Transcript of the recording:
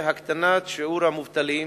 להקטנת שיעור המובטלים